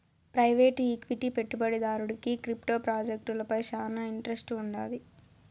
private equity పెట్టుబడిదారుడికి crypto ప్రాజెక్టులపై శానా ఇంట్రెస్ట్ వుండాది